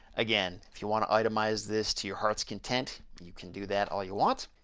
again, if you want to itemize this to your heart's content you can do that all you want,